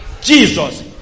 Jesus